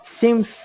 Seems